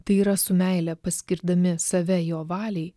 tai yra su meile paskirdami save jo valiai